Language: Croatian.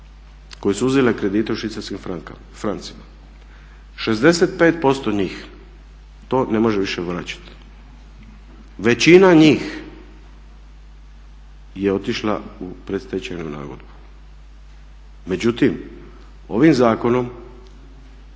koje su uzele kredite u švicarskim francima. 65% njih to ne može više vraćati. Većina njih je otišla u predstečajnu nagodbu. Međutim, ovim zakonom